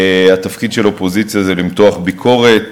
התפקיד של אופוזיציה זה למתוח ביקורת.